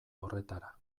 horretara